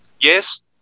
Yes